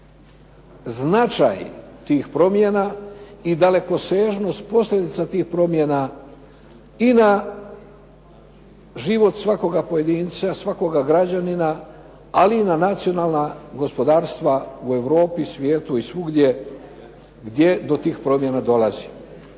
značaj tih promjena i dalekosežnost posljedica tih promjena i na život svakog pojedinca, svakoga građanina, ali i na nacionalna gospodarstva u Europi i svijetu i svugdje gdje do tih promjena dolazi.